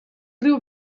riu